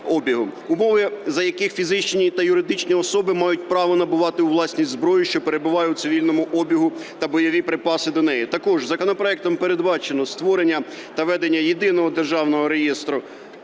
умови за яких фізичні та юридичні особи мають право набувати у власність зброю, що перебуває у цивільному обігу та бойові припаси до неї. Також законопроектом передбачено: створення та введення єдиного державного реєстру